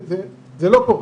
זה לא קורה.